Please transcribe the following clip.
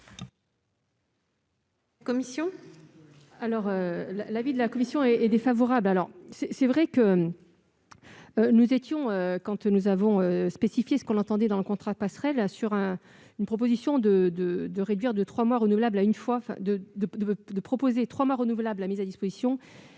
la commission ?